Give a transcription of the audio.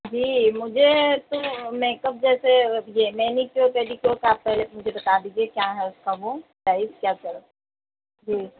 جی مجھے تو makeup جیسے اب یہ مینی کیور پیڈی کیور کا آپ پہلے مجھے بتا دیجیے کیا ہے اُس کا وہ پرائس کیا چل جی